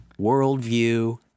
worldview